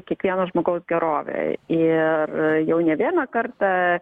kiekvieno žmogaus gerovę ir jau ne vieną kartą